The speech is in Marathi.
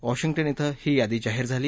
वॉशिंग्टन इथं ही यादी जाहीर झाली